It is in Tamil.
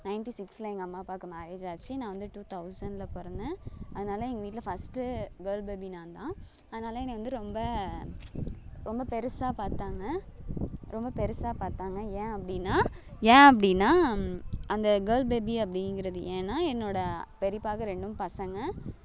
நைன்ட்டி சிக்ஸில் எங்கள் அம்மா அப்பாவுக்கு மேரேஜ் ஆச்சு நான் வந்து டூ தௌசண்டில் பிறந்தேன் அதனால் எங்கள் வீட்டில் ஃபஸ்ட்டு கேர்ள் பேபி நான் தான் அதனால் என்னை வந்து ரொம்ப ரொம்ப பெருசாக பார்த்தாங்க ரொம்ப பெருசாக பார்த்தாங்க ஏன் அப்படீன்னா ஏன் அப்படீன்னா அந்த கேர்ள் பேபி அப்படீங்கிறது ஏன்னா என்னோடய பெரியப்பாக்கு ரெண்டும் பசங்க